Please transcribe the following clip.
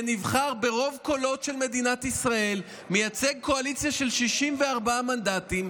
שנבחר ברוב קולות של מדינת ישראל ומייצג קואליציה של 64 מנדטים,